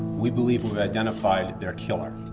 we believe we've identified their killer.